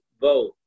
vote